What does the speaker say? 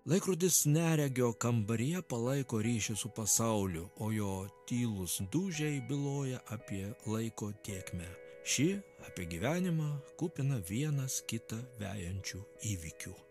laikrodis neregio kambaryje palaiko ryšį su pasauliu o jo tylūs dūžiai byloja apie laiko tėkmę ši apie gyvenimą kupiną vienas kitą vejančių įvykių